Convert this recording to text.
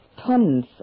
tons